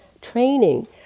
training